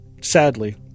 Sadly